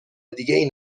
دیگهای